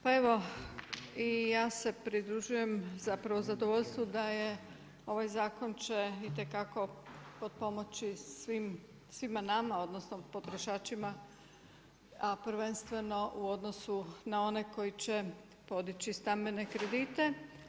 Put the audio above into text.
Pa evo i ja se pridružujem zapravo zadovoljstvu da je ovaj zakon će itekako potpomoći svima nama, odnosno potrošačima a prvenstveno u odnosu na one koji će podići stambene kredite.